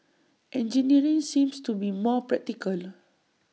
engineering seemed to be more practical